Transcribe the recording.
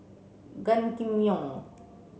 Gan Kim Yong